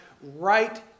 right